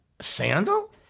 sandal